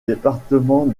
département